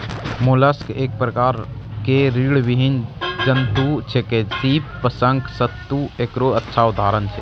mollusc एक प्रकार के रीड़विहीन जंतु छेकै, सीप, शंख, सित्तु एकरो अच्छा उदाहरण छै